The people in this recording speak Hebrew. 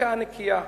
הפוליטיקה הנקייה.